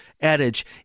adage